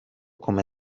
come